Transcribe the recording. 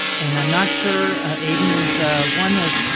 and i'm not sure ah aiden is one of